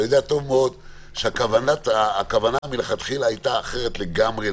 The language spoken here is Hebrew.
אתה יודע טוב מאוד שהכוונה מלכתחילה הייתה אחרת לגמרי.